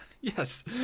yes